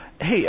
Hey